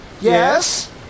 Yes